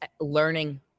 learning